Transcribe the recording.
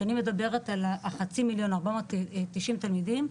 כשאני מדברת על 500,000 או 490,000 תלמידים,